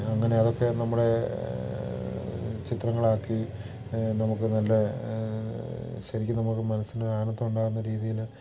അങ്ങനെ അതൊക്കെ നമ്മുടെ ചിത്രങ്ങളാക്കി നമുക്ക് നല്ല ശരിക്കും നമുക്ക് മനസ്സിനൊരു ആനന്ദം ഉണ്ടാവുന്ന രീതിയിൽ